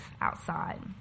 outside